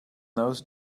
those